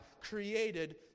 created